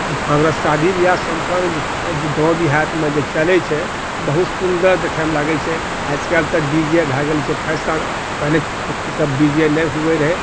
आओर ओकरा शादी बियाह जे सम्पन्न गाँव देहातमे जे चलै छै बहुत सुन्दर देखैमे लागै छै आजकल तऽ डी जे भए गेल छै ई सब फैशन पहिने ई सब डीजे डी जे नहि हुए रहै